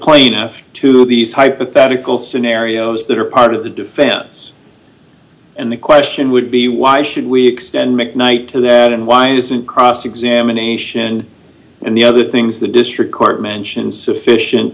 plaintiff two of these hypothetical scenarios that are part of the defense and the question would be why should we extend mcknight to ned and why isn't cross examination and the other things the district court mentioned sufficient